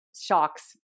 shocks